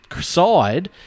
side